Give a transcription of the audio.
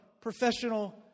professional